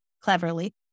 cleverly